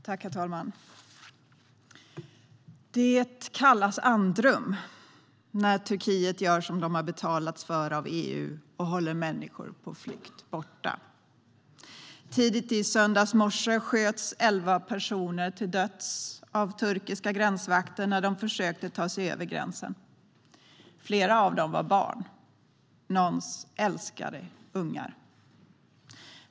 Herr talman! Det kallas andrum när Turkiet gör som de har betalats för av EU och håller människor på flykt borta. Tidigt i söndags morse sköts elva personer till döds av turkiska gränsvakter när de försökte ta sig över gränsen. Flera av dem var barn, någons älskade ungar.